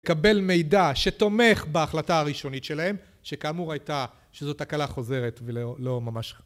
לקבל מידע שתומך בהחלטה הראשונית שלהם שכאמור הייתה שזאת תקלה חוזרת ולא ממש...